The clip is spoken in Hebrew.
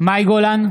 מאי גולן,